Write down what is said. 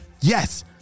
Yes